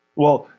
well,